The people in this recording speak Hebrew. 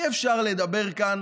אי-אפשר לדבר כאן